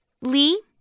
Lee